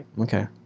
Okay